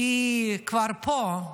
היא כבר פה.